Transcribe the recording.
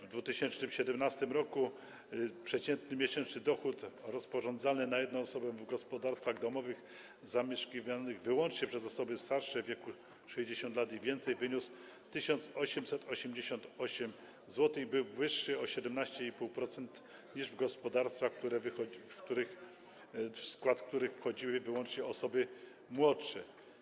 W 2017 r. przeciętny miesięczny dochód rozporządzalny na jedną osobę w gospodarstwach domowych zamieszkiwanych wyłącznie przez osoby starsze - w wieku 60 lat i więcej - wyniósł 1888 zł i był wyższy o 17,5% niż w gospodarstwach, w skład których wchodziły wyłącznie osoby młodsze.